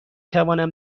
توانم